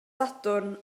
sadwrn